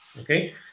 okay